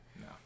No